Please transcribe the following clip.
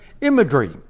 imagery